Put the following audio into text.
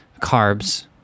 Carbs